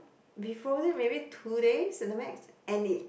before this maybe two days in the max and it